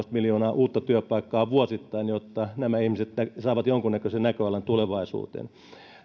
miljoonaa uutta työpaikkaa vuosittain jotta nämä ihmiset saavat jonkunlaisen näköalan tulevaisuuteen